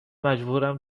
مجبورم